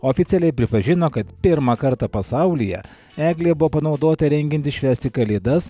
oficialiai pripažino kad pirmą kartą pasaulyje eglė buvo panaudota rengiantis švęsti kalėdas